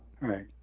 Right